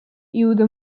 yehuda